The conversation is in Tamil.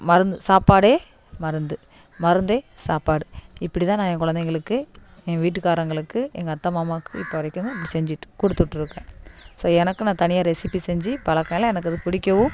மருந்து சாப்பாடே மருந்து மருந்தே சாப்பாடு இப்படி தான் நான் என் கொழந்தைங்களுக்கு என் வீட்டுக்காரவர்களுக்கு எங்கள் அத்தை மாமாவுக்கு இப்போ வரைக்கும் இப்படி செஞ்சுட்டு கொடுத்துட்ருக்கேன் ஸோ எனக்கு நான் தனியாக ரெசிப்பி செஞ்சுப் பழக்கம் இல்லை எனக்கு அது பிடிக்கவும்